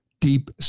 deep